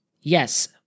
yes